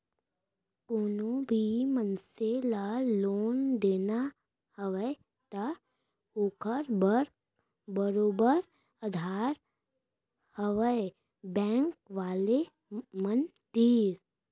कोनो भी मनसे ल लोन देना हवय त ओखर बर बरोबर अधार हवय बेंक वाले मन तीर